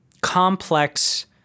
complex